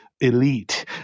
elite